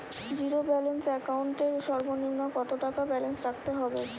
Zero balance account এর সর্বনিম্ন কত টাকা ব্যালেন্স রাখতে হবে?